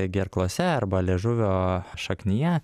gerklose arba liežuvio šaknyje